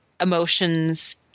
emotions